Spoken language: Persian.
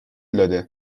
داده